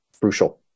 crucial